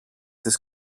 τις